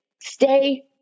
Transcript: stay